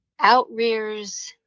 outrears